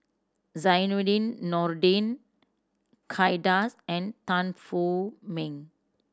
Zainudin Nordin Kay Das and Tan Wu Meng